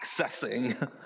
accessing